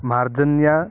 मार्जन्या